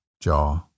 jaw